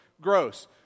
Gross